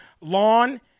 Lawn